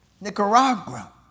Nicaragua